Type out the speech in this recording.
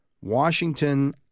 Washington